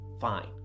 fine